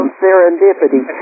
serendipity